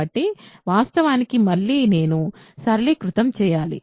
కాబట్టి వాస్తవానికి మళ్ళీ నేను సరళీకృతం చేయాలి